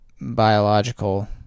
biological